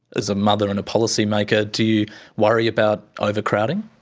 as a mother and a policy maker, do you worry about overcrowding?